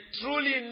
truly